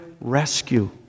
rescue